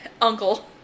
uncle